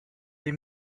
they